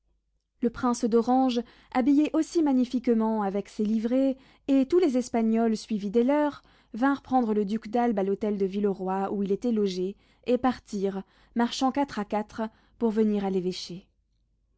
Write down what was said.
le prince d'orange habillé aussi magnifiquement avec ses livrées et tous les espagnols suivis des leurs vinrent prendre le duc d'albe à l'hôtel de villeroi où il était logé et partirent marchant quatre à quatre pour venir à l'évêché